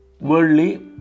worldly